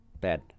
Bad